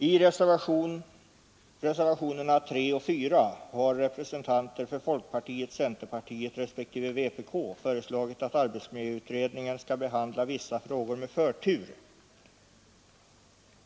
I reservationerna 3 och 4 har representanter för folkpartiet och centerpartiet respektive vänsterpartiet kommunisterna föreslagit att arbetsmiljöutredningen skall behandla vissa frågor med förtur.